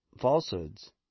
falsehoods